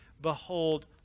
Behold